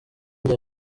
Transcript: rya